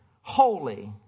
holy